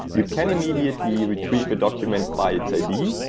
you can immediately retrieve a document by its i d,